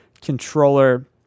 controller